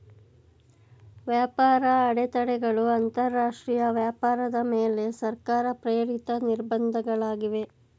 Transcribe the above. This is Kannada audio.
ವ್ಯಾಪಾರ ಅಡೆತಡೆಗಳು ಅಂತರಾಷ್ಟ್ರೀಯ ವ್ಯಾಪಾರದ ಮೇಲೆ ಸರ್ಕಾರ ಪ್ರೇರಿತ ನಿರ್ಬಂಧ ಗಳಾಗಿವೆ